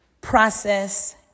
process